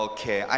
Okay